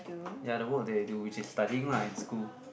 ya the work that you do which is studying lah in school